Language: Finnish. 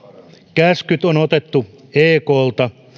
käskyt on otettu eklta